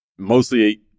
Mostly